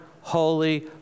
holy